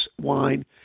wine